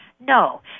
No